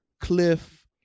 Cliff